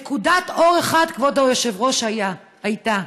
נקודת אור אחת, כבוד היושב-ראש, הייתה: